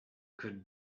could